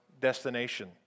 destination